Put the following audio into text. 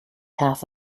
half